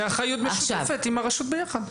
זה אחריות משותפת עם הרשות ביחד.